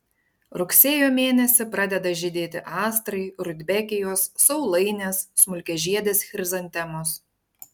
rugsėjo mėnesį pradeda žydėti astrai rudbekijos saulainės smulkiažiedės chrizantemos